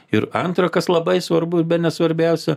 ir antra kas labai svarbu bene svarbiausia